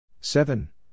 Seven